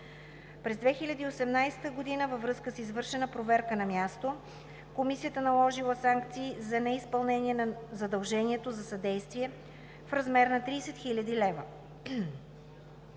През 2018 г. във връзка с извършена проверка на място Комисията наложи санкция за неизпълнение на задължението за съдействие в размер на 30 хил. лв.